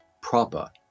proper